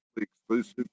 exclusive